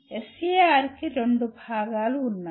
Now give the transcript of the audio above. SAR కి రెండు భాగాలు ఉన్నాయి